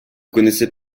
connaissez